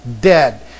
dead